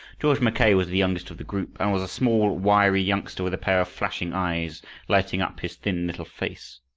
george mackay was the youngest of the group, and was a small wiry youngster with a pair of flashing eyes lighting up his thin little face.